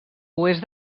oest